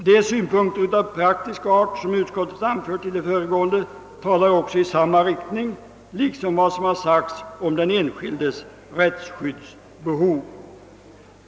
De synpunkter av praktisk art som utskottet anfört i det föregående talar också i samma riktning liksom vad som sagts om den enskildes rättsskyddsbehov.